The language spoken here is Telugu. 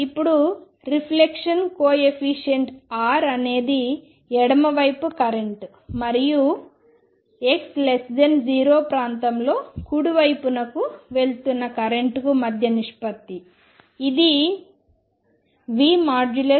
ఇప్పుడు రిఫ్లెక్షన్ కోయెఫిషియంట్ R అనేది ఎడమ వైపు కరెంట్ మరియు x0 ప్రాంతంలో కుడివైపునకు వెళుతున్న కరెంట్కు మధ్య నిష్పత్తి